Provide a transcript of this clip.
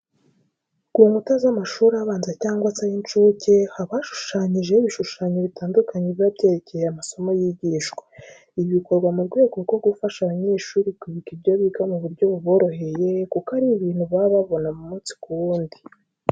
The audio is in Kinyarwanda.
Ku nkuta z'amashuri abanza cyangwa se ay'incuke haba hashushanyijeho ibishushanyo bitandukanye biba byerekeye amasomo yigishwa. Ibi bikorwa mu rwego rwo gufasha abanyeshuri kwibuka ibyo biga mu buryo buboroheye kuko ari ibintu baba babona umunsi ku wundi.